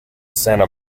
santa